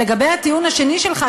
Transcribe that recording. ולגבי הטיעון השני שלך,